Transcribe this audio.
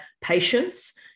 patients